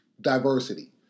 diversity